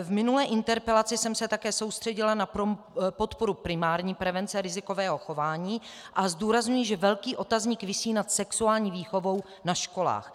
V minulé interpelaci jsem se také soustředila na podporu primární prevence rizikového chování a zdůrazňuji, že velký otazník visí nad sexuální výchovou na školách.